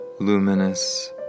luminous